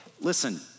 listen